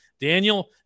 Daniel